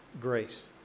grace